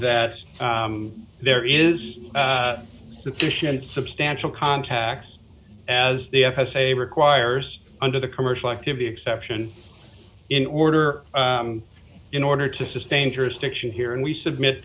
that there is sufficient substantial contacts as the f s a requires under the commercial activity exception in order in order to sustain jurisdiction here and we submit